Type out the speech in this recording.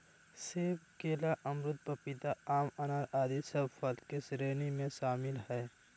सेब, केला, अमरूद, पपीता, आम, अनार आदि सब फल के श्रेणी में शामिल हय